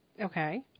okay